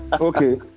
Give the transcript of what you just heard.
Okay